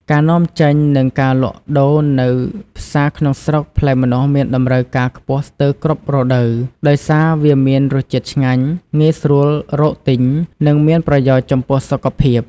ការនាំចេញ និងការលក់ដូរនៅផ្សារក្នុងស្រុកផ្លែម្នាស់មានតម្រូវការខ្ពស់ស្ទើរគ្រប់រដូវ ដោយសារវាមានរសជាតិឆ្ងាញ់ ងាយស្រួលរកទិញ និងមានប្រយោជន៍ចំពោះសុខភាព។